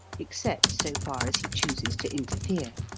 except so far as he chooses to interfere.